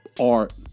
art